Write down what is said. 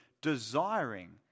desiring